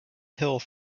hill